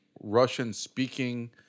Russian-speaking